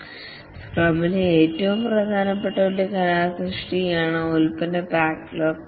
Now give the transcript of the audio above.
സ്ക്രമിലെ ഏറ്റവും പ്രധാനപ്പെട്ട ഒരു കലാസൃഷ്ടിയാണ് പ്രോഡക്ട് ബാക്ക്ലോഗ്